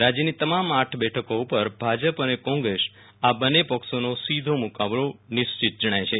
રાજ્યની તમામ આઠ બેઠકો ઉપર ભાજપ અને કોંગ્રેસ આ બંને પક્ષોનો સીધો મુકાબલો નિશ્ચિત જણાય છે